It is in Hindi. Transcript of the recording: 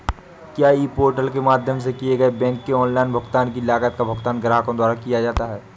क्या ई पोर्टल के माध्यम से किए गए बैंक के ऑनलाइन भुगतान की लागत का भुगतान ग्राहकों द्वारा किया जाता है?